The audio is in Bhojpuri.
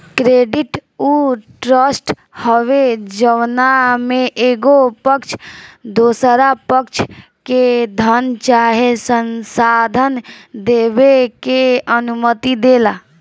क्रेडिट उ ट्रस्ट हवे जवना में एगो पक्ष दोसरा पक्ष के धन चाहे संसाधन देबे के अनुमति देला